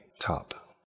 top